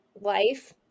life